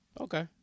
Okay